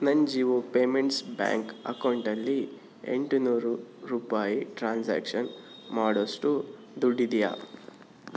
ನನ್ನ Jio payments bank ಅಕೌಂಟಲ್ಲಿ ಎಂಟು ನೂರು ರೂಪಾಯಿ ಟ್ರಾನ್ಸ್ಯಾಕ್ಷನ್ ಮಾಡೊಷ್ಟು ದುಡ್ಡಿದೆಯ